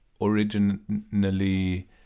originally